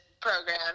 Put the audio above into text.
program